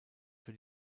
für